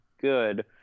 good